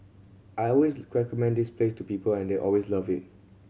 I always mend this place to people and they always love it